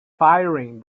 firing